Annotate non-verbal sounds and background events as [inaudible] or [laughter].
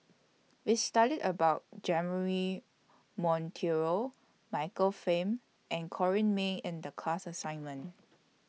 We studied about [unintelligible] Monteiro Michael Fam and Corrinne May in The class assignment